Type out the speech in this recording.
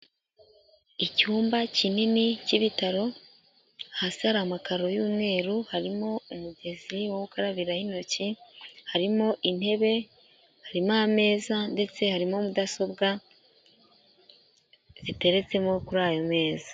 Icyumba kinini k'ibitaro, hasi hari amakaro y'umweru, harimo umugezi wo gukarabiraho intoki, harimo intebe, harimo ameza, ndetse harimo mudasobwa ziteretsemo kuri ayo meza.